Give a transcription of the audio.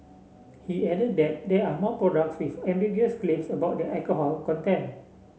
he added that there are more products with ambiguous claims about their alcohol content